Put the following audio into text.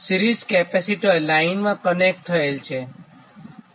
series capacitor લાઇનમાં connect થયેલ છે